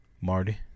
Marty